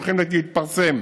הולכים להתפרסם,